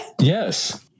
Yes